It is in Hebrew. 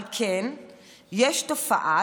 אבל כן יש תופעה,